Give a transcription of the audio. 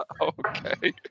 Okay